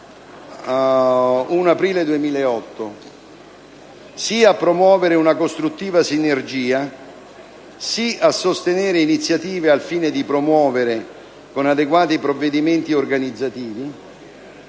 1° aprile 2008...». Favorevole a promuovere una costruttiva sinergia; favorevole a sostenere iniziative al fine di promuovere con adeguati provvedimenti organizzativi;